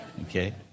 Okay